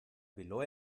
bilo